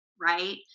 right